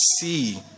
see